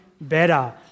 better